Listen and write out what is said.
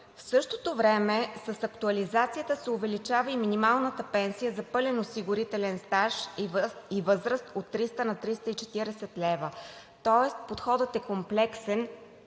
В същото време с актуализацията се увеличава и минималната пенсия за пълен осигурителен стаж и възраст от 300 на 340 лв., тоест подходът е комплексен,